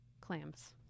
clams